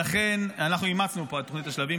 אנחנו אימצנו פה את תוכנית השלבים,